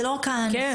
זה לא רק הנפה,